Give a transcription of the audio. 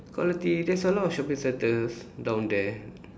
quality there's a lot of shopping centres down there